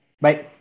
Bye